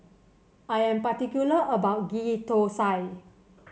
I am particular about Ghee Thosai